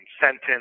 sentence